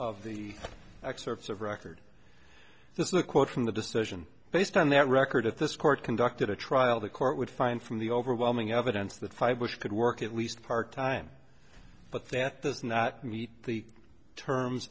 of the excerpts of record this is a quote from the decision based on that record at this court conducted a trial the court would find from the overwhelming evidence that five wish could work at least part time but that does not meet the terms